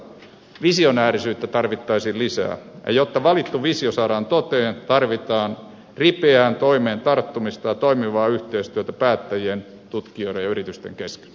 visionäärisyyttä tarvittaisiin lisää ja jotta valittu visio saadaan toteen tarvitaan ripeää toimeen tarttumista ja toimivaa yhteistyötä päättäjien tutkijoiden ja yritysten ties